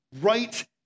right